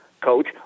coach